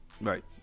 Right